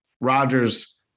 Rodgers